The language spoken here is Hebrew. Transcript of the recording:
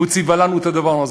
הוא ציווה לנו את הדבר הזה.